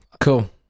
Cool